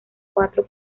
cuatro